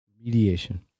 Mediation